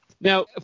Now